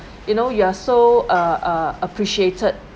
you know you are so uh uh appreciated